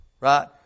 right